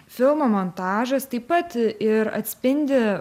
filmo montažas taip pat ir atspindi